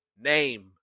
name